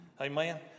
Amen